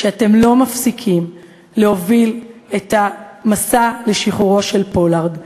שאתם לא מפסיקים להוביל את המסע לשחרורו של פולארד.